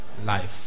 Life